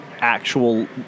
actual